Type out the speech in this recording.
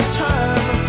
time